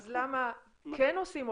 אז למה כן עושים,